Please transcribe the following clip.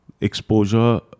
exposure